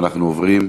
אנחנו עוברים,